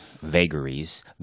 Vagaries